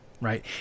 right